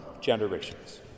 generations